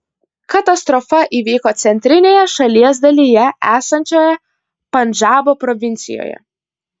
katastrofa įvyko centrinėje šalies dalyje esančioje pandžabo provincijoje